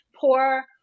poor